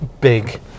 big